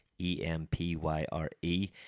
E-M-P-Y-R-E